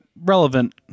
relevant